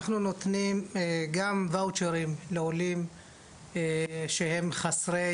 אנחנו נותנים גם וואצ'רים לעולים שהם חסרי